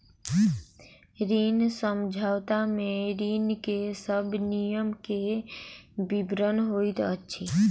ऋण समझौता में ऋण के सब नियम के विवरण होइत अछि